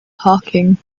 talking